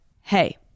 hey